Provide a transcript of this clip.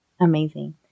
amazing